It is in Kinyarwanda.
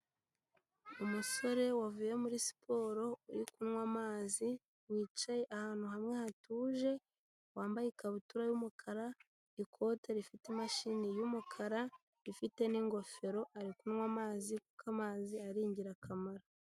Umusore wavuye muri siporo uri kunywa amazi, wicaye ahantu hamwe hatuje, wambaye ikabutura y'umukara, ikote rifite imashini y'umukara, rifite n'ingofero, ari kunywa amazi kuko amazi ari ingirakamaro.